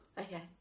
Okay